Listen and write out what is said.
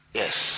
yes